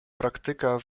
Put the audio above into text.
praktyka